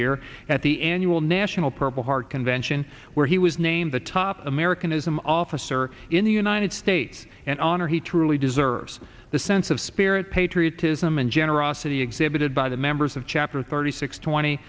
year at the annual national purple heart convention where he was named the top american ism officer in the united states and honor he truly deserves the sense of spirit patriotism and generosity exhibited by the members of chapter thirty six twenty